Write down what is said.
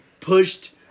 pushed